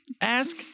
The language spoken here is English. ask